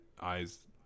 eyes